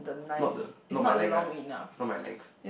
not the not my length one not my length